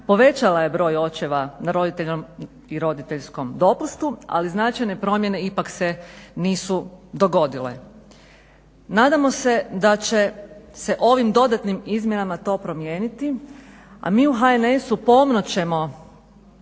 povećala je broj očeva na roditeljskom dopustu ali značajne promjene ipak se nisu dogodile. Nadamo se da će se ovim dodatnim izmjenama to promijeniti, a mi u HNS-u pomno ćemo